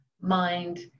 mind